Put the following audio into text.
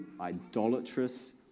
idolatrous